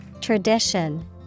Tradition